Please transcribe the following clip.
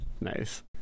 Nice